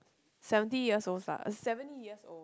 seventy years old lah seventy years old